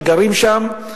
שגרים בה,